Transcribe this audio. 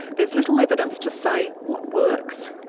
there's little evidence to say what works.